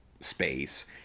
space